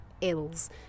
ills